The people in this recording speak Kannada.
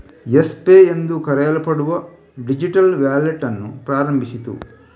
ಯೆಸ್ ಪೇ ಎಂದು ಕರೆಯಲ್ಪಡುವ ಡಿಜಿಟಲ್ ವ್ಯಾಲೆಟ್ ಅನ್ನು ಪ್ರಾರಂಭಿಸಿತು